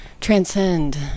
transcend